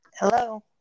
hello